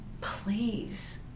please